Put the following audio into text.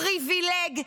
פריבילג,